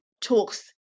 talks